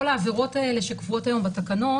כל העבירות האלה שקבועות היום בתקנות,